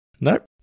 Nope